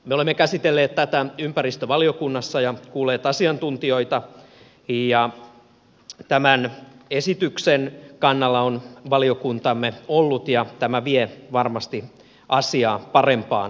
me olemme käsitelleet tätä ympäristövaliokunnassa ja kuulleet asiantuntijoita ja tämän esityksen kannalla on valiokuntamme ollut ja tämä vie varmasti asiaa parempaan suuntaan